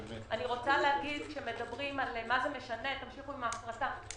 מדברים על מה זה משנה, תמשיכו עם ההפרטה.